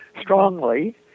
strongly